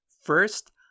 First